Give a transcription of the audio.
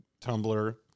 Tumblr